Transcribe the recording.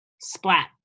Splat